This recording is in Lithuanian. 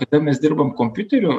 kada mes dirbam kompiuteriu